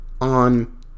on